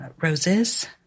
roses